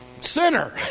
sinner